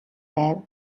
байв